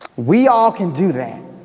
we all can do that.